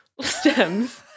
stems